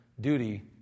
duty